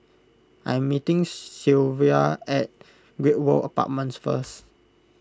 I'm meeting Sylva at Great World Apartments first